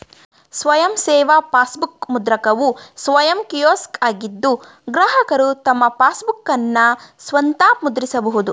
ಸ್ವಯಂ ಸೇವಾ ಪಾಸ್ಬುಕ್ ಮುದ್ರಕವು ಸ್ವಯಂ ಕಿಯೋಸ್ಕ್ ಆಗಿದ್ದು ಗ್ರಾಹಕರು ತಮ್ಮ ಪಾಸ್ಬುಕ್ಅನ್ನ ಸ್ವಂತ ಮುದ್ರಿಸಬಹುದು